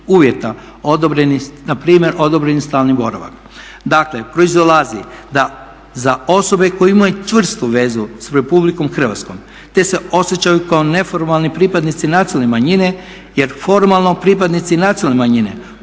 odobrenih, na primjer odobreni stalni boravak. Dakle, proizilazi da za osobe koje imaju čvrstu vezu s RH te se osjećaju kao neformalni pripadnici nacionalne manjine jer formalno pripadnici nacionalne manjine